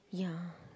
ya